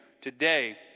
Today